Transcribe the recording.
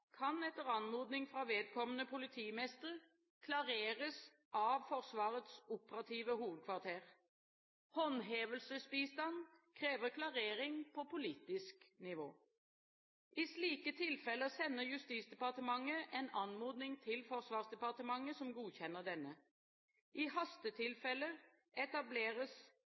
kan etter anmodning fra vedkommende politimester klareres av Forsvarets operative hovedkvarter. Håndhevelsesbistand krever klarering på politisk nivå. I slike tilfeller sender Justisdepartementet en anmodning til Forsvarsdepartementet, som godkjenner denne. I hastetilfeller etableres